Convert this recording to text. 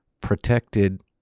protected